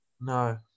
No